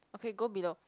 okay go below